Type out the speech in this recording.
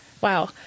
wow